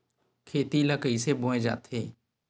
खेती ला कइसे बोय जाथे?